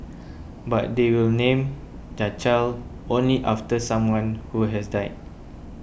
but they will name their child only after someone who has died